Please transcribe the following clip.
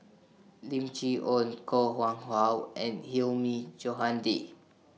Lim Chee Onn Koh Nguang How and Hilmi Johandi